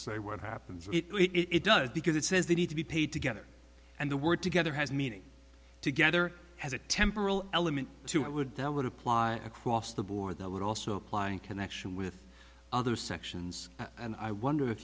say what happens it does because it says they need to be paid to get it and the word together has meaning together has a temporal element to it would that would apply across the board that would also apply in connection with other sections and i wonder if